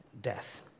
death